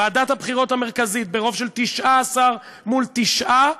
ועדת הבחירות המרכזית, ברוב של 19 מול תשעה,